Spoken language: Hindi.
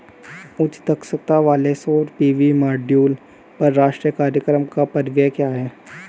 उच्च दक्षता वाले सौर पी.वी मॉड्यूल पर राष्ट्रीय कार्यक्रम का परिव्यय क्या है?